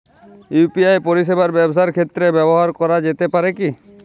UPI পরিষেবা ব্যবসার ক্ষেত্রে ব্যবহার করা যেতে পারে কি?